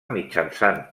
mitjançant